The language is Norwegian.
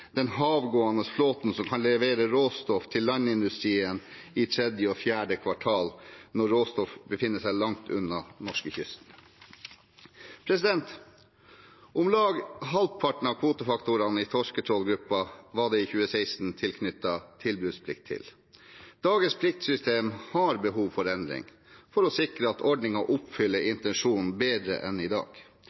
den havgående flåten, som kan levere råstoff til landindustrien i tredje og fjerde kvartal, når råstoffet befinner seg langt unna norskekysten. Om lag halvparten av kvotefaktorene i torsketrålgruppen var det i 2016 knyttet tilbudsplikt til. Dagens pliktsystem har behov for endring for å sikre at ordningen oppfyller intensjonen bedre enn i dag,